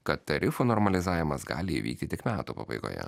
kad tarifų normalizavimas gali įvykti tik metų pabaigoje